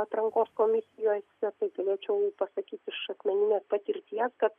atrankos komisijose tai galėčiau pasakyt iš asmeninės patirties kad